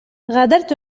غادرت